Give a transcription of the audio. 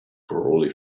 brolly